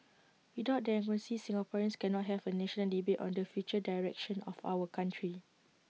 without democracy Singaporeans cannot have A national debate on the future direction of our country